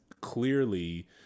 clearly